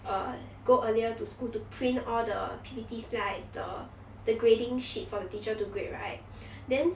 err go earlier to school to print all the P_P_T like the the grading sheet for the teacher to grade right then